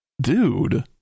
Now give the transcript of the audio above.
Dude